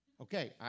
Okay